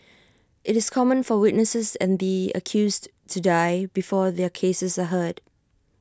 IT is common for witnesses and the accused to die before their cases are heard